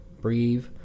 breathe